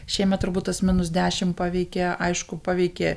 šiemet turbūt tas minus dešim paveikė aišku paveikė